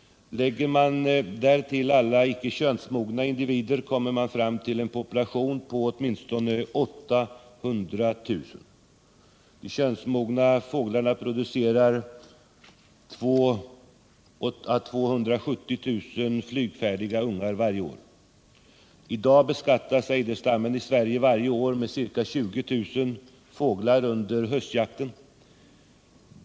Lägger man därtill alla icke könsmogna individer kommer man fram till en population på åtminstone 800 000. De könsmogna fåglarna producerar 200 000 å 270 000 flygfärdiga ungar varje år. I dag beskattas ejderstammen varje år med ca 20 000 fåglar under höstjakten.